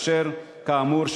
כאמור,